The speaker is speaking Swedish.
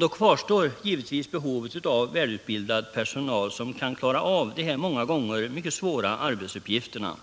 Då kvarstår givetvis behovet av väl utbildad personal, som kan klara av de här ofta mycket svåra arbetsuppgifterna.